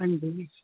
ਹਾਂਜੀ